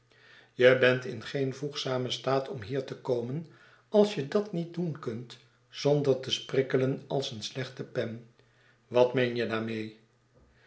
je bent in geen voegzamen staat om hier te komen als je dat niet doen kunt zonder te sprikkelen als eene slechte pen wat meen je daarmee